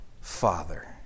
Father